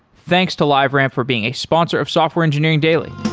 thanks to liveramp for being a sponsor of software engineering daily